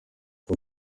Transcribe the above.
com